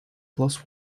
plus